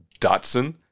Datsun